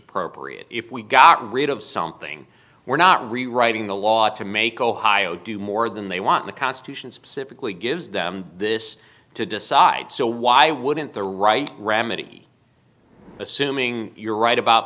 sure proprium if we got rid of something we're not rewriting the law to make ohio do more than they want the constitution specifically gives them this to decide so why wouldn't the right remedy assuming you're right about